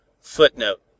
Footnote